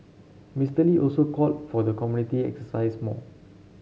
Mister Lee also called for the community exercise more